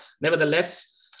nevertheless